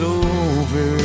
over